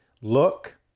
look